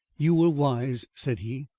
you were wise, said he.